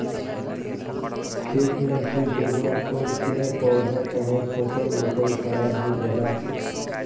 खेत में कुछ जगह पर पेड़ पौधा चाहे फसल ओसल खराब हो जाला